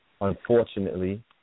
unfortunately